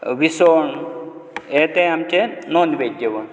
विस्वण हें तें आमचें नाॅन वेज जेवण